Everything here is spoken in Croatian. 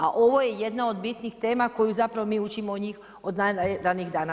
A ovo je jedna od bitnih tema koju zapravo mi učimo od njih od najranijih dana.